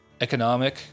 economic